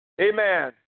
amen